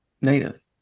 native